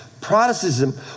Protestantism